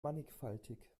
mannigfaltig